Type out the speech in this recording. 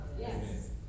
Yes